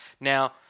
Now